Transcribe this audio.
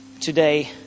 today